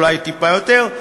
אולי טיפה יותר,